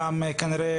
כנראה,